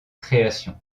création